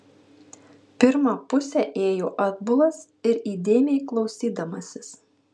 pirmą pusę ėjo atbulas ir įdėmiai klausydamasis